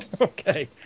Okay